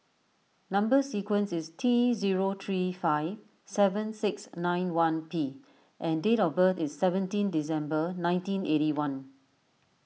Number Sequence is T zero three five seven six nine one P and date of birth is seventeen December nineteen eighty one